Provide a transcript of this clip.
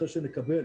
אחרי שנקבל